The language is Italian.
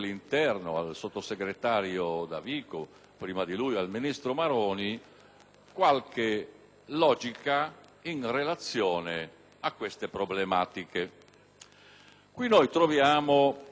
qualche logica in relazione a queste problematiche. Qui noi troviamo l'emendamento 3.0.3,